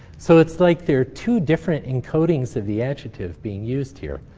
so it's like there are two different encodings of the adjective being used here.